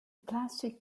plastic